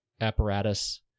apparatus